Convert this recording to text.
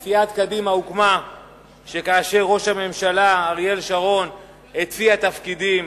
שכאשר סיעת קדימה הוקמה ראש הממשלה אריאל שרון הציע תפקידים,